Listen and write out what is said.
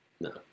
No